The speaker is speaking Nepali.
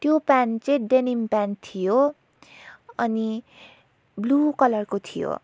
त्यो प्यान्ट चाहिँ डेनिम प्यान्ट थियो अनि ब्लु कलरको थियो